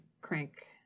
crank